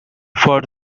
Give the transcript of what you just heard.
for